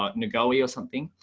ah nikoli? or som thing.